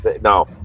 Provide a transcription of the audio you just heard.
No